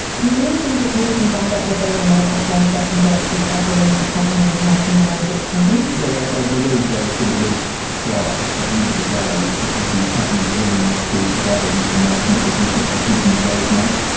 do you really think that people can find out what they want to know about trans fats and products just by calling customer information lines at companies? well, i believe they should at least try. at the end of the day, the company's willingness to provide that information is a business decision that they would make,